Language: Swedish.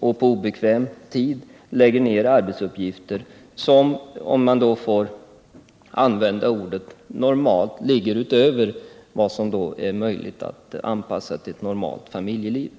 och på obekväm tid lägger ned arbete på uppgifter som —- om man får använda ordet normalt — ligger utöver vad som är möjligt att anpassa till ett normalt familjeliv.